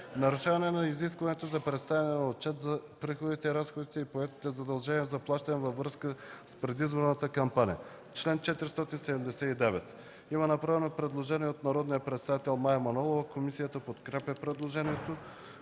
„Нарушаване на изискването за представяне на отчет за приходите, разходите и поетите задължения за плащане във връзка с предизборната кампания” – чл. 479. Предложение от народния представител Мая Манолова. Комисията подкрепя предложението.